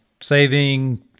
saving